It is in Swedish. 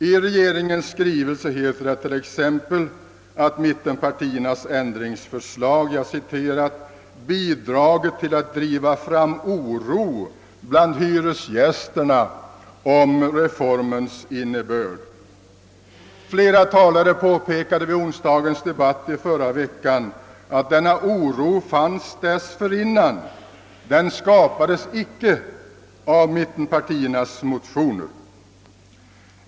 I regeringens skrivelse heter det t.ex. att mittenpartiernas ändringsförslag »bidragit till att driva fram oro bland hyresgästerna om reformens innebörd». Flera talare påpekade vid.onsdagens debatt i förra veckan, att denna oro fanns redan dessförinnan — den skapades icke av mittenpartiernas motioner.